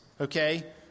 okay